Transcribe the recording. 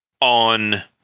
on